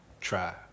Try